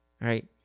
right